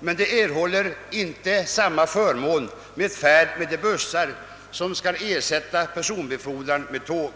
men erhåller inte samma förmån vid färd med de bussar som ersätter personbefordran med tåg.